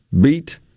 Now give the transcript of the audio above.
beat